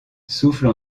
souffle